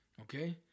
Okay